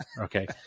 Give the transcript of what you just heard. Okay